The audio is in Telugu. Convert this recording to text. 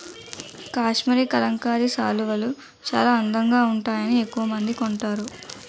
కాశ్మరీ కలంకారీ శాలువాలు చాలా అందంగా వుంటాయని ఎక్కవమంది కొంటారు